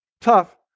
Tough